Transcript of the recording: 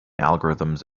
algorithms